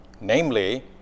namely